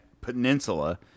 peninsula